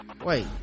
Wait